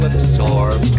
absorb